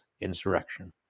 insurrection